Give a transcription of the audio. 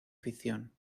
ficción